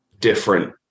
different